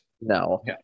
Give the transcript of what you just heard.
No